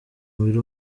mubiri